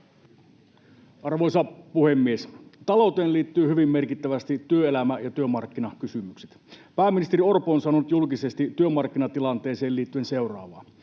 Arvoisa puhemies! Talouteen liittyvät hyvin merkittävästi työelämä- ja työmarkkinakysymykset. Pääministeri Orpo on sanonut julkisesti työmarkkinatilanteeseen liittyen seuraavaa: